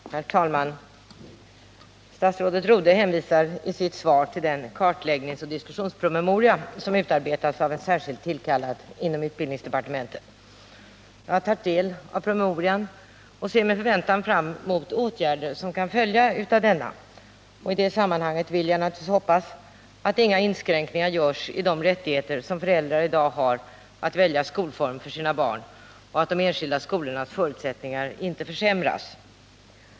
Herr talman! Statsrådet Rodhe hänvisar i sitt svar till den kartläggningsoch diskussionspromemoria som utarbetats av en särskild tillkallad inom utbildningsdepartementet. Jag har tagit del av promemorian och ser med förväntan emot de åtgärder som kan följa av densamma. I det sammanhanget vill jag naturligtvis hoppas att inga inskränkningar görs i de rättigheter som föräldrar i dag har att välja skolform för sina barn, och att de enskilda skolornas förutsättningar inte försämras.